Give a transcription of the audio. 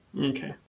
Okay